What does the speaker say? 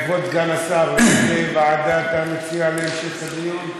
כבוד סגן השר, איזו ועדה אתה מציע להמשך הדיון?